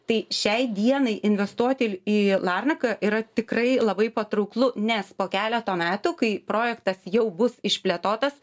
tai šiai dienai investuoti į larnaką yra tikrai labai patrauklu nes po keleto metų kai projektas jau bus išplėtotas